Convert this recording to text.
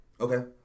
Okay